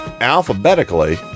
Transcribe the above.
alphabetically